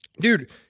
dude